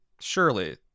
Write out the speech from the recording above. Surely